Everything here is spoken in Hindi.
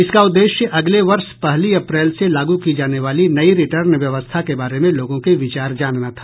इसका उद्देश्य अगले वर्ष पहली अप्रैल से लागू की जाने वाली नयी रिटर्न व्यवस्था के बारे में लोगों के विचार जानना था